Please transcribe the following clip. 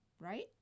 right